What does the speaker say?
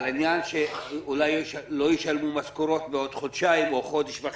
על העניין שאולי לא ישלמו משכורות בעוד חודשיים או חודש וחצי.